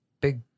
big